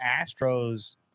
Astros